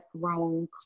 grown